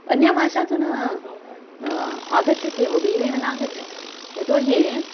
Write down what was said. अन्या भाषा तु न आगच्छति एव बहिरेव न आगच्छति यतो हि